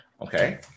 okay